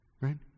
right